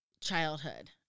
childhood